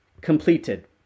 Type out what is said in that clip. completed